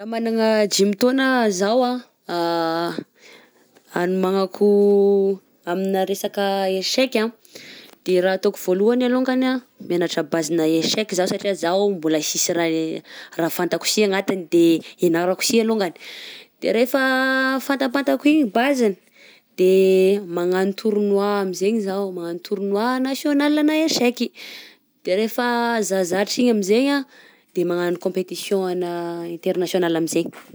Raha magnagna dimy taona zaho agnomagnako amina resaka eseka a, de raha ataoko voalohany alongany a, mianatra bazina eseky zaho satria zaho mbola sisy raha haik- raha fantako si anatiny, de hianarako si alongany, de refa fantampatako igny baziny, de magnano tournoi amzegny zaho, magnano tournoi national ana eseka de rehefa zazatra ny amzegny de magnano competition ana international amin'zay.